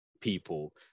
people